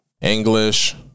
English